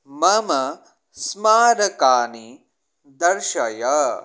मम स्मारकानि दर्शय